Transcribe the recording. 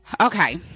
Okay